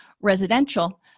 residential